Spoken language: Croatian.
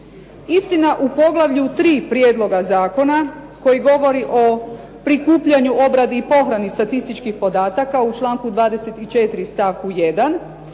Istina u poglavlju 3 prijedloga zakona koji govori o prikupljanju, obradi i pohrani statističkih podataka u članku 24. stavku 1.